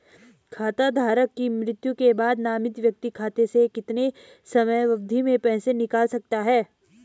खाता धारक की मृत्यु के बाद नामित व्यक्ति खाते से कितने समयावधि में पैसे निकाल सकता है?